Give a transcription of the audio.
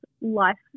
life